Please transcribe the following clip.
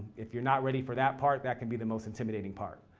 if you're not ready for that part, that can be the most intimidating part.